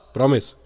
Promise